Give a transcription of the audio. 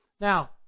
Now